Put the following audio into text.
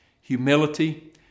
Humility